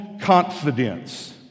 confidence